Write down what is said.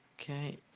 Okay